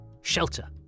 shelter